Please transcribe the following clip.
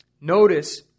Notice